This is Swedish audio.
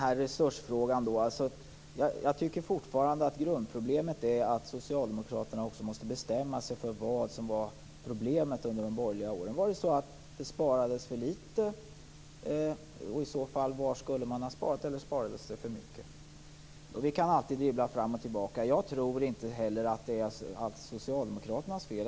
Fru talman! Jag tycker fortfarande att grundproblemet i resursfrågan är att socialdemokraterna måste bestämma sig för vad som var problemet under de borgerliga åren. Var det så att det sparades för litet och var i så fall skulle man ha sparat mer, eller sparades det för mycket? Vi kan alltid dribbla fram och tillbaka. Jag tror inte heller att det är socialdemokraternas fel.